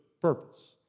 purpose